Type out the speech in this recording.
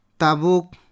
Tabuk